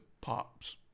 Pops